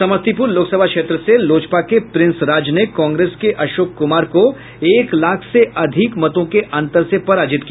समस्तीपुर लोकसभा क्षेत्र से लोजपा के प्रिंस राज ने कांग्रेस के अशोक कुमार को एक लाख से अधिक मतों के अंतर से पराजित किया